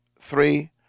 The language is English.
three